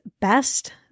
best